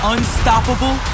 Unstoppable